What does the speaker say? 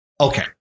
Okay